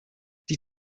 die